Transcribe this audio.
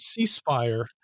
ceasefire